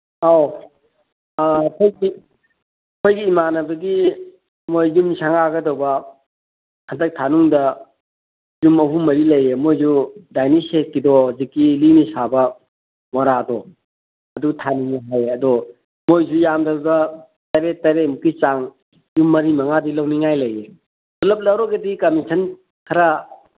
ꯑꯧ ꯑꯥ ꯑꯩꯈꯣꯏꯒꯤ ꯏꯃꯥꯟꯅꯕꯒꯤ ꯃꯣꯏ ꯌꯨꯝ ꯁꯪꯒꯥꯒꯗꯕ ꯍꯟꯗꯛ ꯊꯥꯅꯨꯡꯗ ꯌꯨꯝ ꯑꯍꯨꯝ ꯃꯔꯤ ꯂꯩꯌꯦ ꯃꯣꯏꯁꯨ ꯗꯥꯏꯅꯤꯡ ꯁꯦꯠꯀꯤꯗꯣ ꯍꯧꯖꯤꯛꯀꯤ ꯂꯤꯅ ꯁꯥꯕ ꯃꯣꯔꯥꯗꯣ ꯑꯗꯨ ꯊꯥꯅꯤꯡꯉꯤ ꯍꯥꯏꯌꯦ ꯑꯗꯨ ꯃꯣꯏꯁꯨ ꯌꯥꯝꯗ꯭ꯔꯕꯗ ꯇꯔꯦꯠ ꯇꯔꯦꯠꯃꯨꯛꯀꯤ ꯆꯥꯡ ꯌꯨꯝ ꯃꯔꯤ ꯃꯉꯥꯗꯤ ꯂꯧꯅꯤꯡꯉꯥꯏ ꯂꯩ ꯄꯨꯂꯞ ꯂꯧꯔꯒꯗꯤ ꯀꯃꯤꯁꯟ ꯈꯔ